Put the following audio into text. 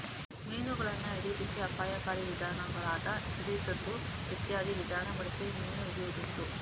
ಮೀನುಗಳನ್ನ ಹಿಡೀಲಿಕ್ಕೆ ಅಪಾಯಕಾರಿ ವಿಧಾನಗಳಾದ ಸಿಡಿಸುದು ಇತ್ಯಾದಿ ವಿಧಾನ ಬಳಸಿ ಮೀನು ಹಿಡಿಯುದುಂಟು